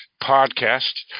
podcast